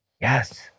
yes